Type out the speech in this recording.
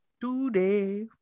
Today